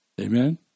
Amen